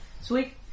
Sweet